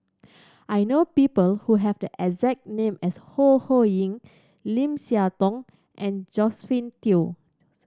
I know people who have the exact name as Ho Ho Ying Lim Siah Tong and Josephine Teo